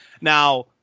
Now